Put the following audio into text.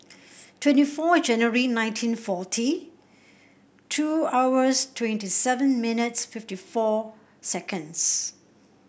twenty four January nineteen forty two hours twenty seven minutes fifty four seconds